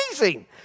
amazing